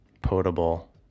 potable